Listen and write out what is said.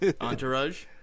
Entourage